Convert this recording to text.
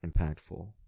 impactful